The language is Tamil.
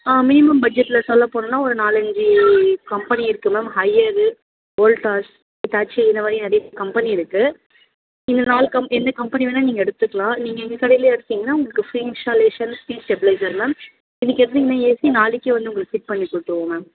ஆ மினிமம் பட்ஜெட்ல சொல்ல போணும்னால் ஒரு நாலஞ்சு கம்பெனி இருக்குது மேம் ஹையரு வோல்டாஸ் ஹிட்டாச்சி இந்தமாதிரி நிறைய கம்பெனி இருக்குது இந்த நாலு கம் எந்த கம்பெனி வேணா நீங்கள் எடுத்துக்கலாம் நீங்கள் எங்கள் கடையிலே எடுத்தீங்கனால் உங்களுக்கு free installation free stabiliser ma'am இன்னைக்கு எடுத்திங்கன்னால் ஏசி நாளைக்கே வந்து உங்களுக்கு ஃபிட் பண்ணி கொடுத்துருவோம் மேம்